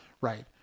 right